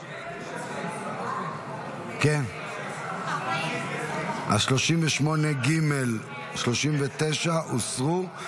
40. 38 ג' ו-39 הוסרו.